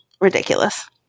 Ridiculous